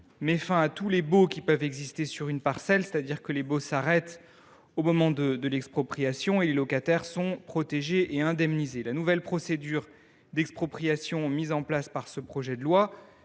met fin à tous les baux existants sur une parcelle ; autrement dit, les baux s’arrêtent au moment de l’expropriation et les locataires sont protégés et indemnisés. La nouvelle procédure d’expropriation mise en place par ce projet de loi